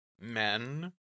men